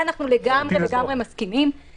בזה אנחנו לגמרי מסכימים,